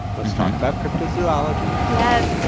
let's talk about cryptozoology yes,